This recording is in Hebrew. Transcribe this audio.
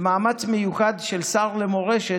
במאמץ מיוחד של השר למורשת,